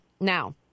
Now